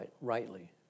rightly